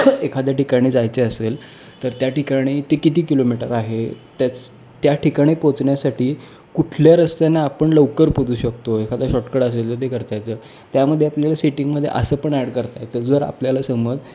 एखाद्या ठिकाणी जायचे असेल तर त्या ठिकाणी ते किती किलोमीटर आहे त्याच त्या ठिकाणी पोचण्यासाठी कुठल्या रस्त्याना आपण लवकर पोचू शकतो एखादा शॉर्टकट असेल तर ते करता येत त्यामध्ये आपल्याला सेटिंगमध्ये असं पण ॲड करता येत जर आपल्याला समज